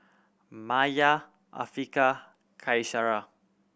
Maya Afiqah Qaisara